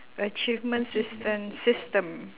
achievement system system